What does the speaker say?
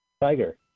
Tiger